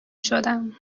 شدم